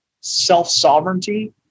self-sovereignty